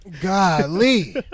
Golly